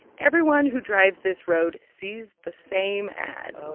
everyone who drives this road sees the same ad